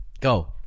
Go